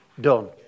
done